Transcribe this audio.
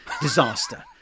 disaster